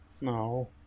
No